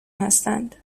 هستند